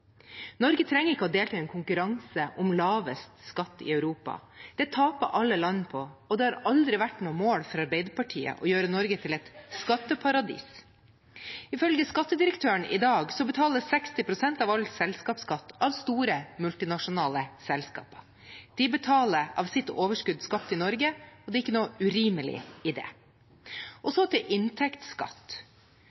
Norge trenger ikke å delta i en konkurranse om lavest skatt i Europa. Det taper alle land på, og det har aldri vært noe mål for Arbeiderpartiet å gjøre Norge til et skatteparadis. Ifølge skattedirektøren betales 60 pst. av all selskapsskatt av store multinasjonale selskaper. De betaler av sitt overskudd skapt i Norge, og det er ikke noe urimelig i det.